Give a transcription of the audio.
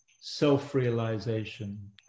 self-realization